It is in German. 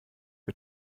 wir